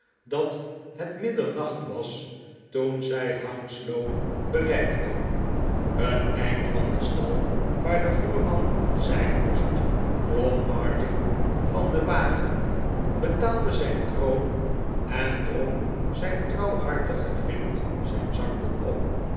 dat het middernacht was toen zij hounslow bereikten een eind van den stal waar de voerman zijn moest klom martin van den wagen betaalde zijn kroon en drong zijn trouwhartigen vriend zijn zakdoek op